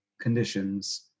conditions